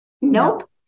nope